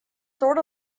sort